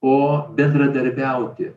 o bendradarbiauti